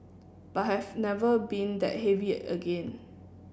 but I have never been that heavy again